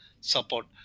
support